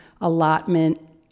allotment